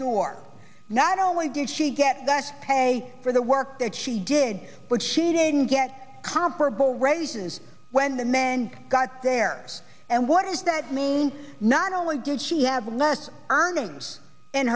door not only did she get the pay for the work that she did but she didn't get comparable raises when the men got there and what does that mean not only did she have less earnings and